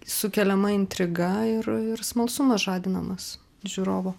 sukeliama intriga ir ir smalsumas žadinamas žiūrovo